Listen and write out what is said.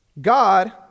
God